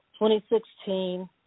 2016